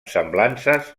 semblances